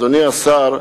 אדוני השר,